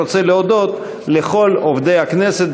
אני רוצה להודות לכל עובדי הכנסת,